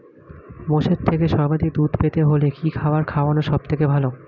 মোষের থেকে সর্বাধিক দুধ পেতে হলে কি খাবার খাওয়ানো সবথেকে ভালো?